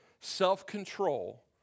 self-control